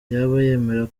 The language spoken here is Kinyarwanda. yemera